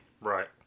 Right